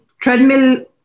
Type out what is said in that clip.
treadmill